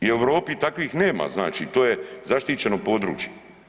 I u Europi takvih nema, znači to je zaštićeno područje.